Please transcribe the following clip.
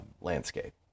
landscape